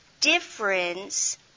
difference